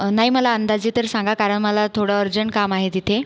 नाही मला अंदाजे तर सांगा कारण मला थोडं अर्जंट काम आहे तिथे